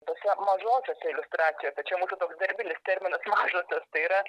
tuose mažosiose iliustracijose tai čia mūsų toks darbinis terminas mažosios tai yra